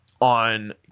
on